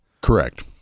Correct